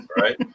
right